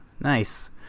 Nice